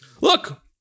Look